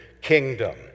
kingdom